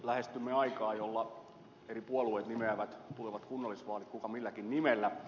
lähestymme aikaa jolloin eri puolueet nimeävät tulevat kunnallisvaalit kuka milläkin nimellä